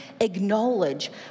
acknowledge